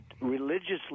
religiously